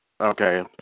Okay